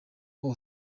hose